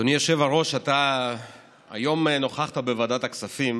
אדוני היושב-ראש, אתה נכחת היום בוועדת הכספים